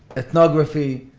ethnography,